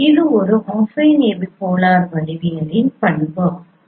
இது ஒரு affine epipolar வடிவியலின் பண்புகள் ஆகும்